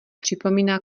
připomíná